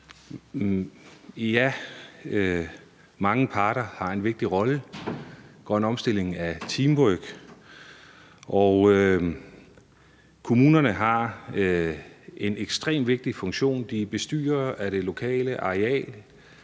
Ja, mange parter har en vigtig rolle. Grøn omstilling er teamwork, og kommunerne har en ekstremt vigtig funktion. De er bestyrere af det lokale areal